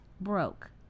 broke